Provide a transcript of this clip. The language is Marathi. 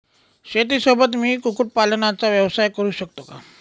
शेतीसोबत मी कुक्कुटपालनाचा व्यवसाय करु शकतो का?